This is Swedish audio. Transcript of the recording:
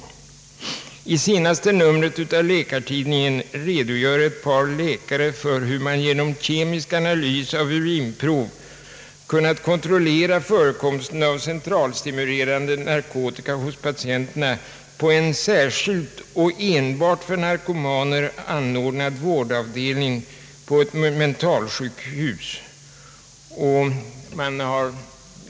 I det senaste numret av Läkartidningen redogör ett par läkare för hur man genom kemisk analys av urinprov kunnat kontrollera förekomsten av centralstimulerande narkotika hos patienterna på en särskild och enbart för narkomaner anordnad vårdavdelning vid ett mentalsjukhus.